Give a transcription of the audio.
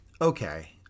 okay